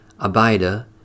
Abida